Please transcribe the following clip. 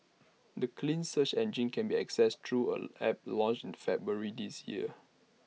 the clean search engine can be accessed through an app launched in February this year